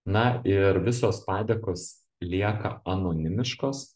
na ir visos padėkos lieka anonimiškos